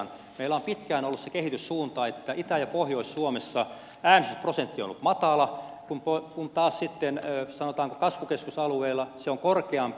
meillä on pitkään ollut se kehityssuunta että itä ja pohjois suomessa äänestysprosentti on ollut matala kun taas sitten sanotaanko kasvukeskusalueilla se on korkeampi